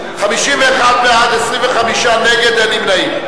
בעד, 51, נגד, 25, ואין נמנעים.